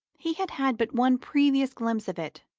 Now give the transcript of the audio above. he had had but one previous glimpse of it,